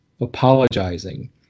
apologizing